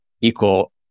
equal